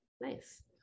nice